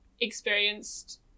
experienced